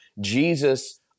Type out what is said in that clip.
Jesus